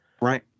Right